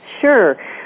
Sure